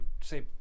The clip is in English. say